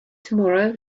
tomorrow